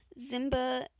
Zimba